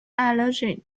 allergic